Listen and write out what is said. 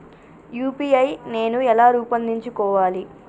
UPI నేను ఎలా రూపొందించుకోవాలి?